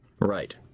Right